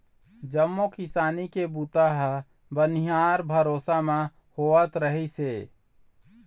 जम्मो किसानी के बूता ह बनिहार भरोसा म होवत रिहिस हे